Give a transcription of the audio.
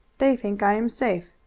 they think i am safe,